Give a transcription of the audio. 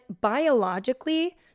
biologically